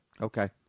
okay